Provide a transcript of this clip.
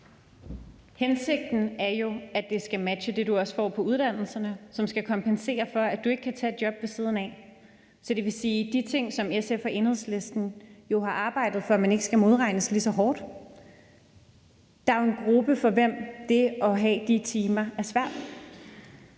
Hensigten er jo, at det skal matche det, du også får på uddannelserne, og som skal kompensere for, at du ikke kan tage et job ved siden af. Så det vil sige, at det er de ting, som SF og Enhedslisten jo har arbejdet for, altså at man ikke skal modregnes lige så hårdt. Der er jo en gruppe, for hvem det at have de timer er svært.